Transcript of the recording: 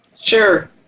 Sure